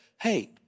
hey